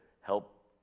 help